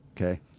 okay